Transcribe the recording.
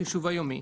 בחישוב היומי.